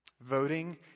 Voting